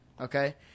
Okay